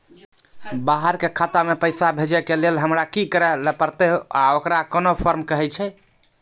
बाहर के खाता मे पैसा भेजै के लेल हमरा की करै ला परतै आ ओकरा कुन फॉर्म कहैय छै?